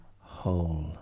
whole